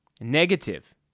negative